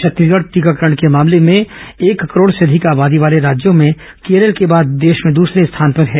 छत्तीसगढ टीकाकरण के मामले में एक करोड से अधिक आबादी वाले राज्यों में केरल के बाद देश में दूसरे स्थान पर हैं